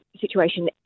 situation